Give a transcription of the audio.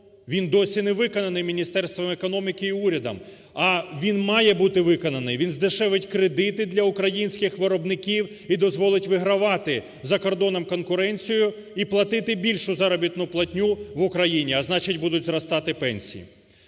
він досі не виконаний Міністерством економіки і урядом. А він має бути виконаний, він здешевить кредити для українських виробників і дозволить вигравати за кордоном конкуренцію і платити більшу заробітну платню в Україні, а значить будуть зростати пенсії.